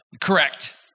correct